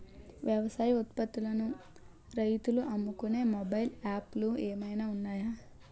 వ్యవసాయ ఉత్పత్తులను రైతులు అమ్ముకునే మొబైల్ యాప్ లు ఏమైనా ఉన్నాయా?